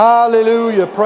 Hallelujah